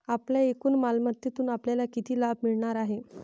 आपल्या एकूण मालमत्तेतून आपल्याला किती लाभ मिळणार आहे?